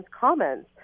comments